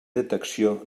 detecció